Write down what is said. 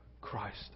Christ